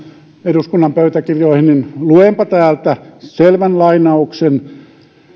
eduskunnan pöytäkirjoihin luenpa täältä selvän lainauksen